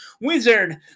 Wizard